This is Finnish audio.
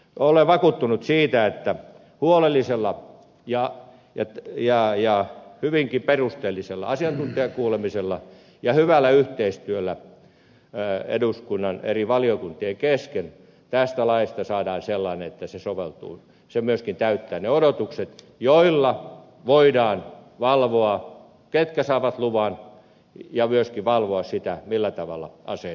olen vakuuttunut siitä että huolellisella ja hyvinkin perusteellisella asiantuntijakuulemisella ja hyvällä yhteistyöllä eduskunnan eri valiokuntien kesken tästä laista saadaan sellainen että se soveltuu ja myöskin täyttää ne odotukset että voidaan valvoa ketkä saavat luvan ja myöskin valvoa sitä millä tavalla aseita käytetään